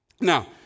Now